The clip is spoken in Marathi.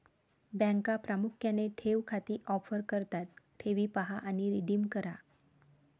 बँका प्रामुख्याने ठेव खाती ऑफर करतात ठेवी पहा आणि रिडीम करा